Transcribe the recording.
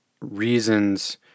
reasons